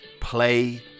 play